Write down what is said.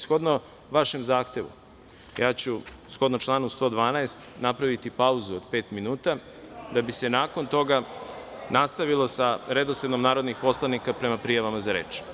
Shodno vašem zahtevu, shodno članu 112. napraviću pauzu od pet minuta da bi se nakon toga nastavilo sa redosledom narodnih poslanika prema prijavama za reč.